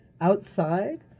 outside